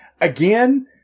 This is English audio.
Again